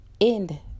End